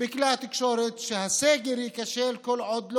בכלי התקשורת שהסגר ייכשל כל עוד,